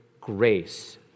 grace